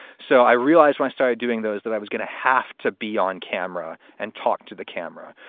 so i realized when i started doing those that i was going to have to be on camera and talk to the camera,